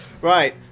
Right